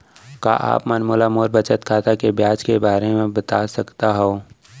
का आप मोला मोर बचत खाता के ब्याज के बारे म बता सकता हव?